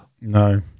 no